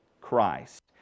Christ